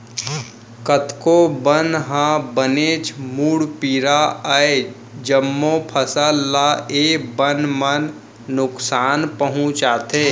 कतको बन ह बनेच मुड़पीरा अय, जम्मो फसल ल ए बन मन नुकसान पहुँचाथे